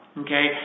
okay